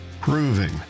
proving